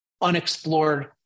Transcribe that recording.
unexplored